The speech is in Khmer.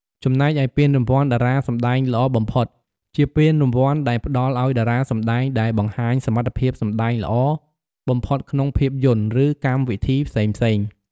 ចំណែកឯពានរង្វាន់តារាសម្តែងល្អបំផុត ជាពានរង្វាន់ដែលផ្តល់ឲ្យតារាសម្តែងដែលបង្ហាញសមត្ថភាពសម្តែងល្អបំផុតក្នុងភាពយន្ត ឬកម្មវិធីផ្សេងៗ។